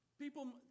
People